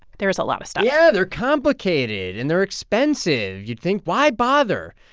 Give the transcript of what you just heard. there's a lot of stuff yeah, they're complicated, and they're expensive. you'd think, why bother?